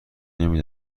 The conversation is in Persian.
نمی